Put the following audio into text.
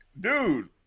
dude